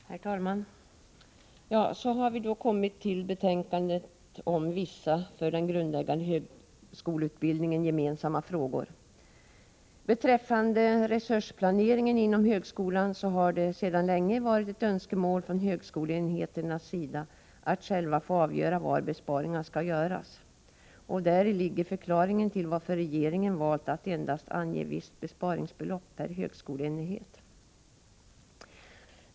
Herr talman! Så har vi då kommit till betänkandet om vissa för den grundläggande högskoleutbildningen gemensamma frågor. Beträffande resursplaneringen inom högskolan har det sedan länge varit ett önskemål från högskoleenheternas sida att själva få avgöra var besparingar skall göras. Däri ligger förklaringen till att regeringen har valt att endast ange visst besparingsbelopp per högskoleenhet.